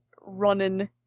running